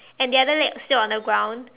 and the other leg still on the ground